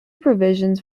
provisions